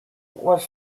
was